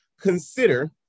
Consider